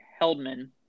Heldman